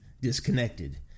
disconnected